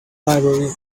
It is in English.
library